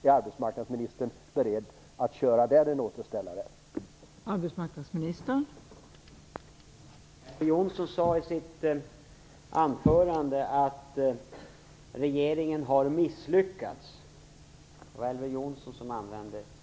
Är arbetsmarknadsministern beredd att göra en återställare där?